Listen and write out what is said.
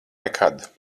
nekad